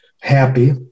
happy